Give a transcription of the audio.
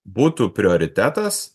būtų prioritetas